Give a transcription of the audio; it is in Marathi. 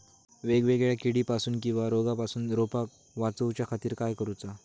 वेगवेगल्या किडीपासून किवा रोगापासून रोपाक वाचउच्या खातीर काय करूचा?